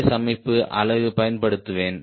S அமைப்பு அலகு பயன்படுத்துவேன்